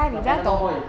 the panadol boy